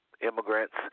immigrants